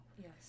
yes